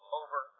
over